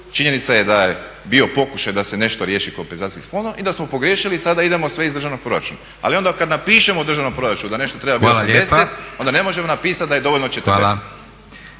Činjenica je da je bio pokušaj da se nešto riješi kompenzacijskim fondom i da smo pogriješili. Sada idemo sve iz državnog proračuna. Ali onda kad napišemo u državnom proračunu da nešto treba biti 80, onda ne možemo napisati da je dovoljno 40.